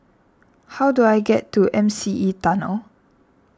how do I get to M C E Tunnel